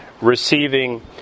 receiving